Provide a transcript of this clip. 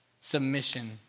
Submission